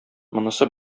монысы